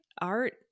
art